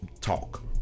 talk